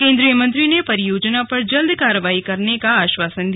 केंद्रीय मंत्री ने परियोजना पर जल्द कार्रवाई करने का आश्वासन दिया